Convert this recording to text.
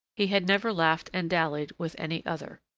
he had never laughed and dallied with any other.